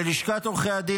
ללשכת עורכי הדין,